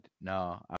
no